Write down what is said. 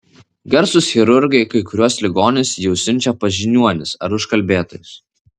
garsūs chirurgai kai kuriuos ligonius jau siunčia pas žiniuonis ar užkalbėtojus